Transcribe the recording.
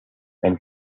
and